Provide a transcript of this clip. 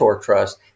trust